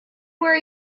where